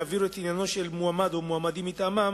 יעבירו את עניינו של מועמד או מועמדים מטעמם